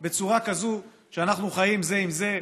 בצורה כזו שאנחנו חיים זה עם זה,